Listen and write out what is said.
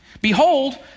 Behold